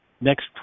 next